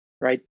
right